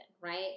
right